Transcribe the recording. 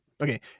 okay